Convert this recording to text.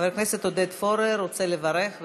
חבר הכנסת עודד פורר רוצה לברך.